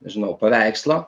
nežinau paveikslo